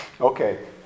Okay